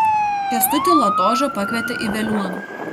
kęstutį latožą pakvietė į veliuoną